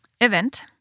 event